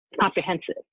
comprehensive